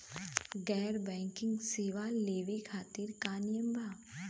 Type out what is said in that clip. गैर बैंकिंग सेवा लेवे खातिर का नियम बा?